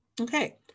okay